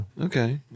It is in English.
Okay